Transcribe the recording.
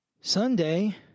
Sunday